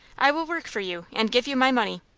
i will work for you, and give you my money.